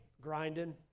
grinding